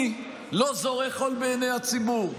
אני לא זורה חול בעיני הציבור.